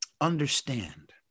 understand